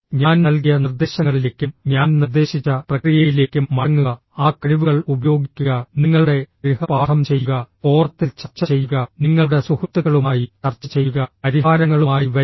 ഞാൻ നൽകിയ നിർദ്ദേശങ്ങളിലേക്കും ഞാൻ നിർദ്ദേശിച്ച പ്രക്രിയയിലേക്കും മടങ്ങുക ആ കഴിവുകൾ ഉപയോഗിക്കുക നിങ്ങളുടെ ഗൃഹപാഠം ചെയ്യുക ഫോറത്തിൽ ചർച്ച ചെയ്യുക നിങ്ങളുടെ സുഹൃത്തുക്കളുമായി ചർച്ച ചെയ്യുക പരിഹാരങ്ങളുമായി വരിക